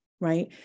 right